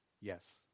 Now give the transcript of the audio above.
Yes